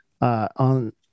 on